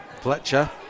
Fletcher